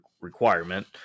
requirement